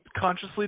consciously